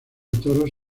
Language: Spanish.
toros